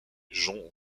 jonc